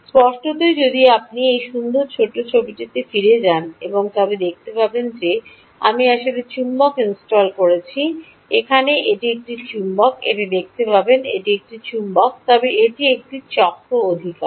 স্পষ্টতই যদি আপনি এই সুন্দর ছোট্ট ছবিটিতে ফিরে যান তবে আপনি দেখতে পাবেন যে আমি আসলে চুম্বক ইনস্টল করেছি এখানে এটি একটি চৌম্বক এটি দেখতে পারেন এটি একটি চুম্বক তবে এটি একটি চক্র অধিকার